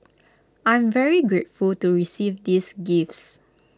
I'm very grateful to receive these gifts